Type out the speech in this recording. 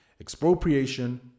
Expropriation